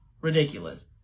ridiculous